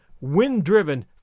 wind-driven